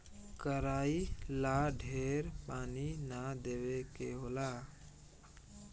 कराई ला ढेर पानी ना देवे के होला